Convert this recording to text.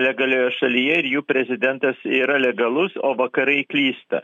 legalioje šalyje ir jų prezidentas yra legalus o vakarai klysta